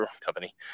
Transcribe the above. company